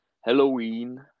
Halloween